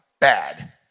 bad